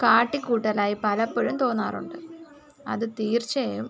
കാട്ടിക്കൂട്ടലായി പലപ്പോഴും തോന്നാറുണ്ട് അത് തീർച്ചയായും